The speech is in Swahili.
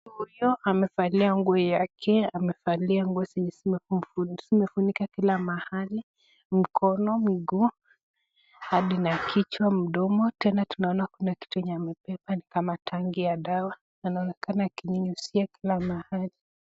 Huyu amevalia nguo yake, amevalia nguo zenye zimefunika kila mahali. Mkono, miguu, hadi na kichwa, mdomo. Tena tunaona kuna kitu yenye amebeba ni kama tangi ya dawa. Anaonekana akinyunyuzia kila mahali.